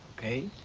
okay?